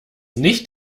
nicht